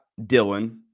Dylan